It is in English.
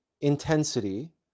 intensity